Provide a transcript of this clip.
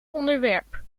onderwerp